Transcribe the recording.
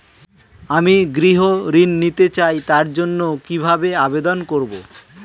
আমি গৃহ ঋণ নিতে চাই তার জন্য কিভাবে আবেদন করব?